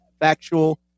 factual